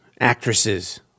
actresses